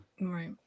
Right